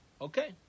Okay